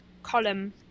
column